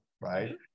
right